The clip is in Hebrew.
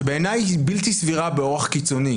שבעיניי היא בלתי סבירה באורח קיצוני,